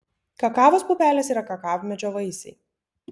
kakavos pupelės yra kakavmedžio vaisiai